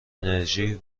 انرژی